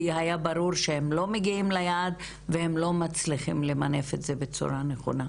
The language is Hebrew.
כי היה ברור שהם לא מגיעים ליעד והם לא מצליחים למנף את זה בצורה נכונה.